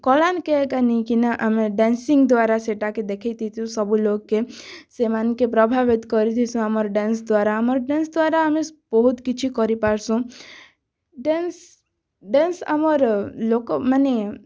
କଳାକେ ନେଇ କିନା ଆମେ ଡ୍ୟାନ୍ସିଂ ଦ୍ୱାରା ସେଇଟା କେ ଦେଖାଇ ଦେସୁଁ ସବୁ ଲୋକ୍ କେ ସେମାନଙ୍କେ ପ୍ରଭାବିତ୍ କରି ଦେଇଁସ ଆମର୍ ଡ୍ୟାନ୍ସ୍ ଦ୍ୱାରା ଆମର୍ ଡ୍ୟାନ୍ସ୍ ଦ୍ୱାରା ଆମେ ବହୁତ୍ କିଛି କରି ପାର୍ସୁଁ ଡ୍ୟାନ୍ସ୍ ଡ୍ୟାନ୍ସ୍ ଆମର ଲୋକମାନେ